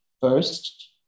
First